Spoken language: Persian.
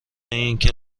اینکه